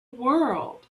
world